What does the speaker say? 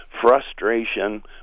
frustration